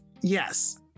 Yes